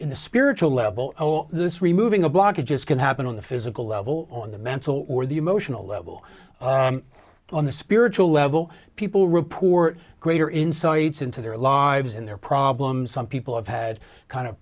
the spiritual level this removing a blockages can happen on the physical level on the mental or the emotional level on the spiritual level people report greater insights into their lives and their problems some people have had kind of